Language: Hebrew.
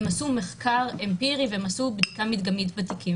הם עשו מחקר אמפירי והם עשו בדיקה מדגמית בתיקים.